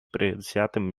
предвзятым